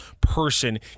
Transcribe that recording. person